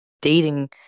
dating